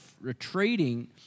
retreating